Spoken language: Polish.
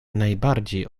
najbardziej